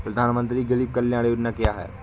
प्रधानमंत्री गरीब कल्याण योजना क्या है?